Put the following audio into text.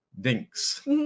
Dinks